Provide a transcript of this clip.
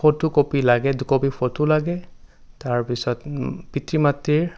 photocopy লাগে দুকপি photo লাগে তাৰপিছত পিতৃ মাতৃৰ